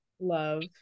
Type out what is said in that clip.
love